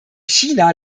china